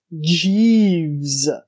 Jeeves